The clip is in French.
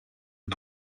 les